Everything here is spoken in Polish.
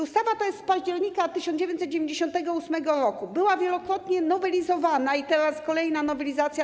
Ustawa ta jest z października 1998 r., była wielokrotnie nowelizowana i teraz jest kolejna, duża nowelizacja.